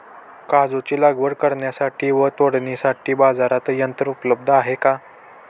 काजूची लागवड करण्यासाठी व तोडण्यासाठी बाजारात यंत्र उपलब्ध आहे का?